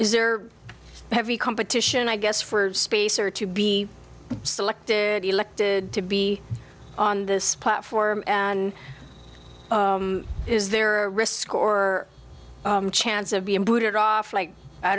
is there heavy competition i guess for space or to be selected elected to be on this platform and is there a risk or chance of being booted off like i